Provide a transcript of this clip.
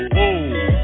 Whoa